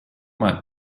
might